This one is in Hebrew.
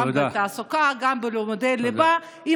גם בתעסוקה וגם בלימודי ליבה.